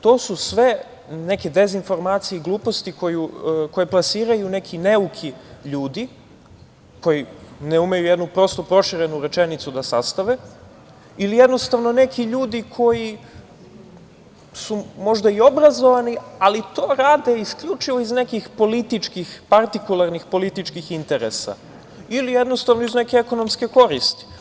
To su sve neke dezinfomacije i gluposti, koje plasiraju neki neuki ljudi, koji ne umeju jednu prosto proširenu rečenicu da sastave ili jednostavno, neki ljudi koji su možda i obrazovani, ali to rade isključivo iz nekih političkih partikularnih političkih interesa ili jednostavno iz neke ekonomske koristi.